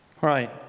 Right